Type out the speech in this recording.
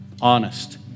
Honest